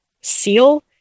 seal